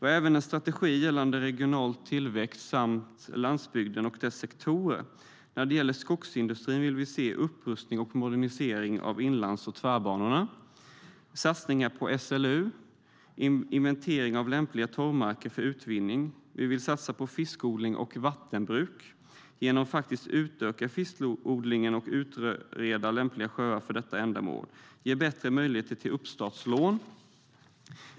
Vi har även en strategi gällande regional tillväxt samt landsbygden och dess sektorer. När det gäller Skogsindustrin vill vi se upprustning och modernisering av inlands och tvärbanorna, satsningar på SLU, inventering av lämpliga torvmarker för utvinning. Vi vill satsa på fiskodling och vattenbruk genom att utöka fiskodlingen och utreda lämpliga sjöar för detta ändamål samt ge bättre möjligheter till uppstartslån.